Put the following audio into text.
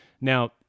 Now